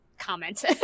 Comment